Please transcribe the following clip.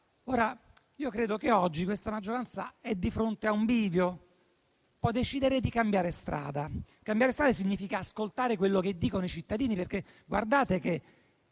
Io credo che oggi questa maggioranza sia di fronte a un bivio. Può decidere di cambiare strada. Ciò significa ascoltare quello che dicono i cittadini, perché i cittadini